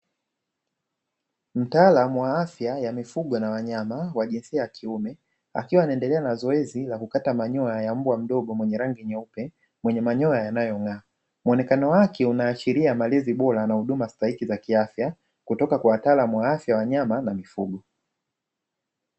Mtaalamu wa afya ya mifugo na wanyama wa jinsia ya kiume, akiwa anaendela na zoezi la kukata manyoya ya mbwa mdogo mwenye rangi nyeupe, mwenye manyoya yanayong'aa. Muonekano wake unaashiria malezi bora na huduma stahiki za kiafya, kutoka kwa wataalamu wa afya ya wanyama na mifugo.